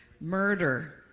murder